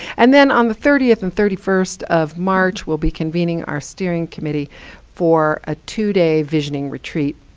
and then on the thirtieth and thirty first of march, we'll be convening our steering committee for a two-day visioning retreat,